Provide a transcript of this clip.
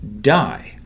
Die